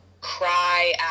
cry